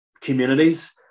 communities